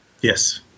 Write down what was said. Yes